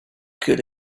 good